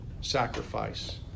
sacrifice